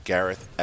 Gareth